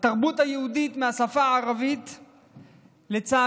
התרבות היהודית מהשפה הערבית נשכחה,